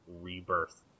rebirth